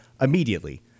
immediately